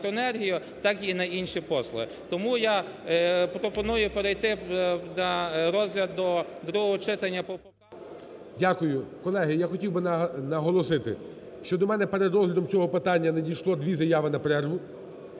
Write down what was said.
так і на інші послуги. Тому я пропоную перейти на розгляд до другого читання… ГОЛОВУЮЧИЙ. Дякую. Колеги, я хотів би наголосити, що до мене перед розглядом цього питання надійшло дві заяви на перерву.